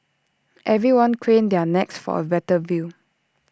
everyone craned their necks for A better view